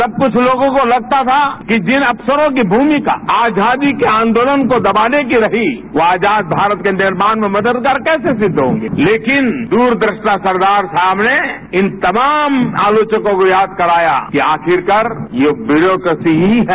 तब कुछ लोगों को लगता था कि जिन अफसरों की भूमिका आजादी केआदोलन को दबाने की रही वह आजाद भारत के निर्माण में मददगार कैसे सिद्ध होंगे लेकिनद्रदृष्टा सरदार साहब ने इन तमाम आलोचकों को याद कराया कि आखिरकार यह ब्यूरोक्रेसीही है